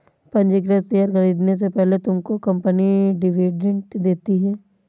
पंजीकृत शेयर खरीदने से पहले तुमको कंपनी डिविडेंड देती है